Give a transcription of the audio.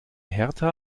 hertha